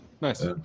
nice